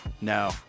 No